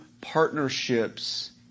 partnerships